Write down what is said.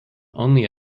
only